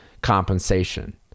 compensation